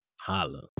holla